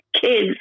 kids